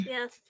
Yes